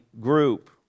group